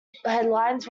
headlines